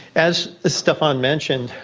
as ah stefan unmentioned,